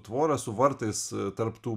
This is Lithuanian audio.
tvorą su vartais tarp tų